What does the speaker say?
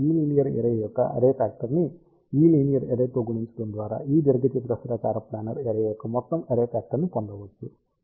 కాబట్టి ఈ linear array యొక్క అర్రే ఫ్యాక్టర్ ని ఈ లీనియర్ అర్రే తో గుణించడం ద్వారా ఈ దీర్ఘచతురస్రాకార ప్లానార్ అర్రే యొక్క మొత్తం అర్రే ఫ్యాక్టర్ ని పొందవచ్చు